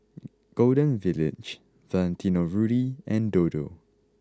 Golden Village Valentino Rudy and Dodo